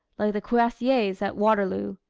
like the cuirassiers at waterloo.